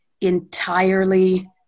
entirely